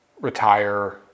retire